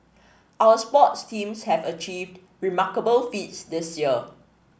our sports teams have achieved remarkable feats this year